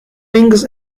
wings